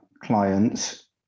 clients